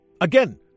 Again